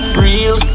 real